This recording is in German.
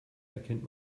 erkennt